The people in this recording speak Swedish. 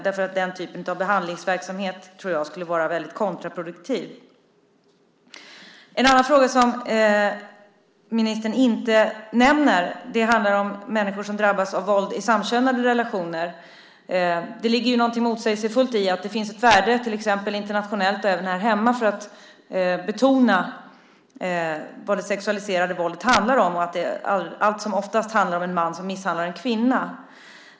Den typen av behandlingsverksamhet tror jag skulle vara kontraproduktiv. En annan fråga som ministern inte nämner handlar om människor som drabbas av våld i samkönade relationer. Det ligger något motsägelsefullt i att det finns ett värde, både internationellt och här hemma, i att betona vad det sexualiserade våldet handlar om och att det allt som oftast handlar om en man som misshandlar en kvinna.